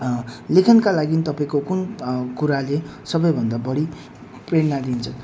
लेखनका लागि तपाईँको कुन कुराले सबैभन्दा बढी प्रेरणा दिन्छ